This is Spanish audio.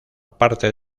parte